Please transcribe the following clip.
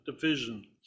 division